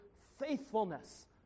faithfulness